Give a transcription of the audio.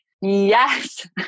Yes